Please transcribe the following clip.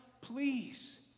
please